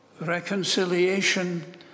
reconciliation